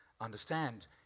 understand